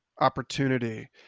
opportunity